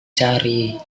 cari